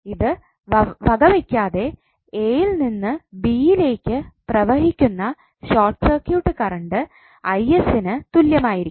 ഇത് വകവയ്ക്കാതെ a ഇൽ നിന്ന് b യിലേക്ക് പ്രവഹിക്കുന്ന ഷോട്ട് സർക്യൂട്ട് കറണ്ട് ന് തുല്യമായിരിക്കും